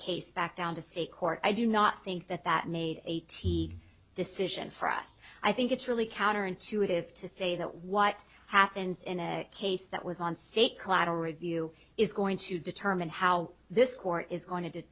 case back down to state court i do not think that that made a t decision for us i think it's really counterintuitive to say that what happens in a case that was on state collateral review is going to determine how this court is going to